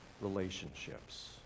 relationships